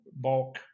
bulk